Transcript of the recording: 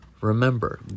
Remember